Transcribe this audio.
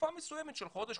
תקופה מסוימת של חודש,